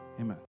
Amen